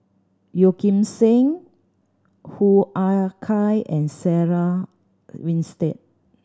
Yeo Kim Seng Hoo Ah Kay and Sarah Winstedt